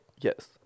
Yes